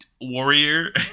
warrior